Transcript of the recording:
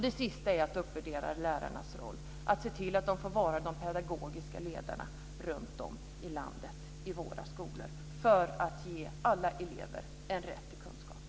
Det sista är att uppvärdera lärarnas roll, att se till att de får vara de pedagogiska ledarna runtom i landet i våra skolor för att ge alla elever en rätt till kunskap.